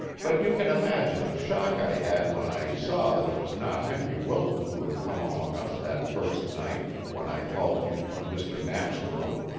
but you can imagine the shock i had when i saw that it was not henry wilton who had come among us that first night when i called you from mr. knapp's room.